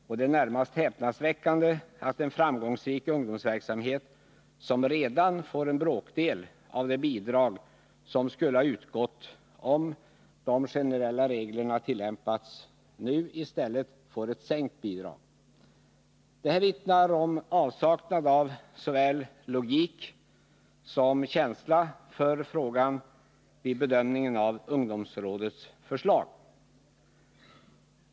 Det är närmast häpnadsväckande att en framgångsrik ungdomsverksamhet, som redan tidigare får en bråkdel av det bidrag som skulle ha utgått om de generella reglerna tillämpats, får sitt bidrag sänkt. Det vittnar om avsaknad av såväl logik som känsla för frågan vid bedömningen av ungdomsrådets förslag.